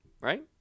right